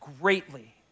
greatly